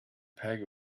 peg